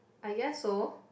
I guess so